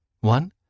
One